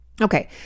Okay